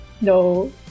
no